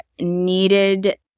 needed